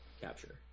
capture